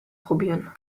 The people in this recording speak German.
probieren